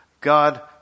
God